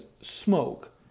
smoke